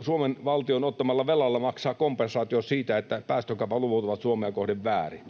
Suomen valtion ottamalla velalla maksaa kompensaatiota siitä, että päästökaupan luvut ovat Suomea kohden väärin.